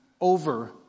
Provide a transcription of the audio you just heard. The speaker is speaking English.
over